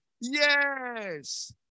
Yes